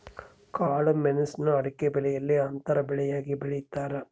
ಕಾಳುಮೆಣುಸ್ನ ಅಡಿಕೆಬೆಲೆಯಲ್ಲಿ ಅಂತರ ಬೆಳೆಯಾಗಿ ಬೆಳೀತಾರ